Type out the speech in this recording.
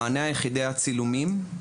המענה היחידי היה צילומים,